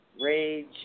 rage